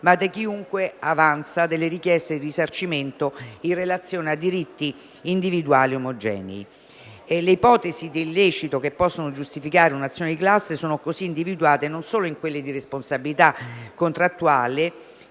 da chiunque avanza delle richieste di risarcimento in relazione a diritti individuali omogenei. Le ipotesi di illecito che possono giustificare un'azione di classe sono così individuate non solo in quelle di responsabilità contrattuale,